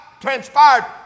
transpired